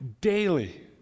daily